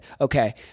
okay